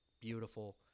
beautiful